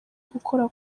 gukora